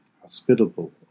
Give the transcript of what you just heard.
hospitable